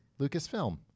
Lucasfilm